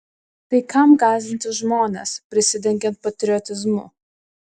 tai kam gąsdinti žmones prisidengiant patriotizmu